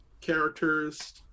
characters